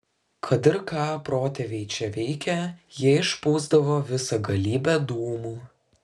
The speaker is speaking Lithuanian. kad ir ką protėviai čia veikė jie išpūsdavo visą galybę dūmų